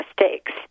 mistakes